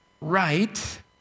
right